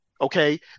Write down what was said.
okay